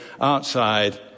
outside